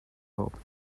hope